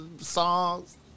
songs